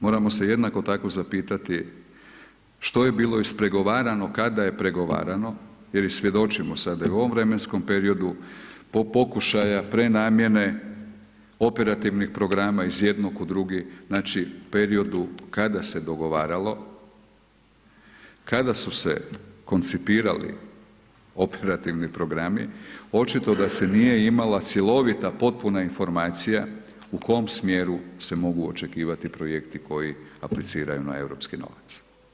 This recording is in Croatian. Moramo se jednako tako zapitati, što je bilo ispregovarano, kada je pregovarano, jer svjedočimo sada i u ovom vremenskom periodu, po pokušaja prenamjena operativnog programa iz jednog u drugi, znači u periodu kada se je dogovarali, kada su se koncipirali operativni programi, očito da se nije imala cjelovita, potpuna informacija, u kojem smjeru se mogu očekivati projekti, koji apliciraju na europski novac.